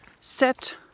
set